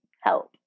help